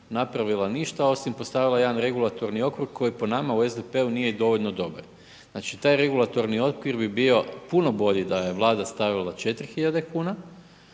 napravila ništa osim postavila jedan regulatorni okvir koji po nama u SDP-u nije dovoljno dobar. Znači taj regulatorni okvir bi bio puno bolji da je Vlada stavila 4